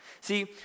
See